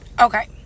okay